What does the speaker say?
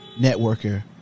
networker